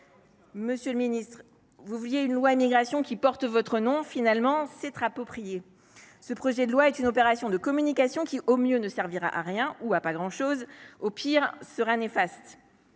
Monsieur le ministre, vous vouliez une loi Immigration qui porte votre nom. Finalement, c’est approprié. Ce projet de loi est une opération de communication, qui, au mieux, ne servira à rien ou à pas grand chose, au pire, sera néfaste.